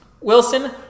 Wilson